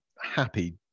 happy